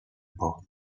both